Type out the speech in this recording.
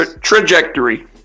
Trajectory